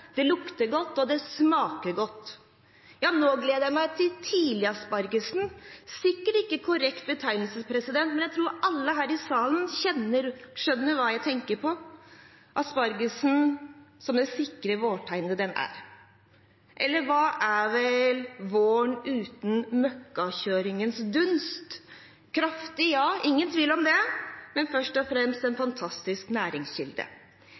det lukter godt, og det smaker godt. Nå gleder jeg meg til tidligaspargesen, sikkert ikke korrekt betegnelse, men jeg tror alle her i salen skjønner hva jeg tenker på: aspargesen som det sikre vårtegnet den er. Eller hva er vel våren uten møkkakjøringens dunst? – Kraftig, ja ingen tvil om det, men først og fremst en fantastisk næringskilde.